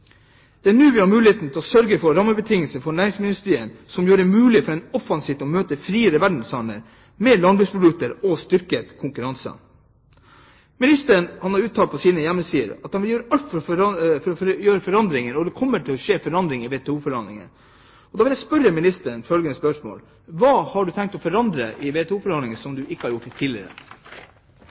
Det er nå vi har mulighet til å sørge for rammebetingelser for næringsmiddelindustrien som gjør det mulig offensivt å møte en friere verdenshandel med landbruksprodukter og en styrket konkurranse. Ministeren har på sine hjemmesider uttalt at han vil gjøre alt for å gjøre forandringer i WTO-forhandlingene. Da vil jeg stille ministeren følgende spørsmål: Hva har du tenkt å forandre i WTO-forhandlingene som du ikke har gjort tidligere?